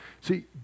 see